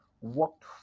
walked